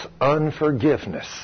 unforgiveness